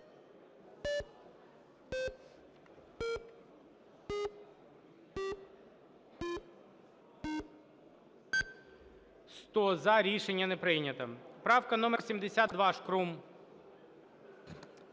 За-100 Рішення не прийнято. Правка номер 72, Шкрум.